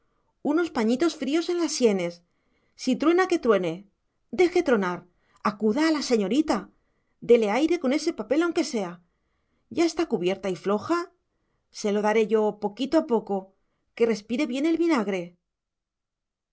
unos pañitos fríos en las sienes si truena que truene deje tronar acuda a la señorita déle aire con este papel aunque sea ya está cubierta y floja se lo daré yo poquito a poco que respire bien el vinagre